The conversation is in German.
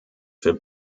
für